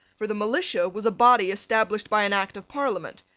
for the militia was a body established by an act of parliament,